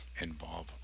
involve